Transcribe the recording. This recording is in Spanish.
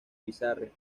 bizarre